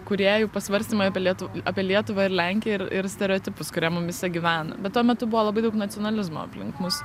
kūrėjų pasvarstymai apie lietuv apie lietuvą ir lenkiją ir ir stereotipus kurie mumyse gyvena bet tuo metu buvo labai daug nacionalizmo aplink mus